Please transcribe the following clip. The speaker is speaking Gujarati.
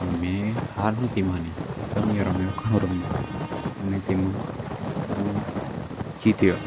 પણ મેં હાર નોતી માની રમ્યો રમ્યો ઘણો રમ્યો અને તેમાં હું જીત્યો